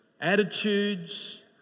attitudes